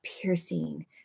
piercing